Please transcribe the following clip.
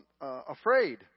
afraid